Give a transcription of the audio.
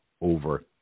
over